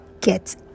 get